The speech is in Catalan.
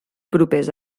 propers